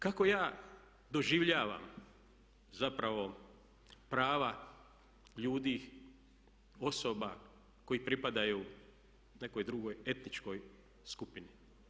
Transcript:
Kako ja doživljavam zapravo prava ljudi, osoba koje pripadaju nekoj drugoj etničkoj skupini?